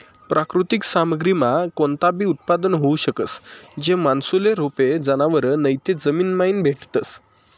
प्राकृतिक सामग्रीमा कोणताबी उत्पादन होऊ शकस, जे माणूसले रोपे, जनावरं नैते जमीनमाईन भेटतस